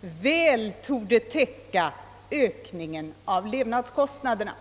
väl torde täcka ökningen av levnadskostnaderna.